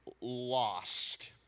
lost